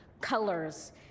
colors